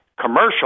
commercial